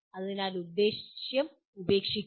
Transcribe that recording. അതിനാൽ ഉദ്ദേശ്യം ഉപേക്ഷിക്കുക